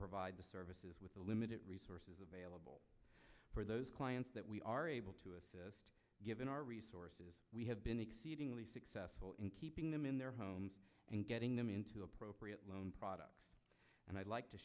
provide the services with the limited resources available for those clients that we are able to assist given our resources we have been exceedingly successful in keeping them in their homes and getting them into appropriate loan products and i'd like to